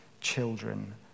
children